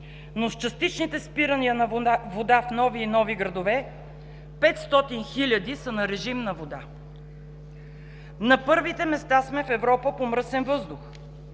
но с частичните спирания на водата в нови и нови градове – 500 хиляди са на режим на вода. На първите места сме в Европа по мръсен въздух